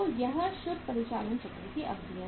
तो यह शुद्ध परिचालन चक्र की अवधि है